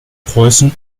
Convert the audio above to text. preußen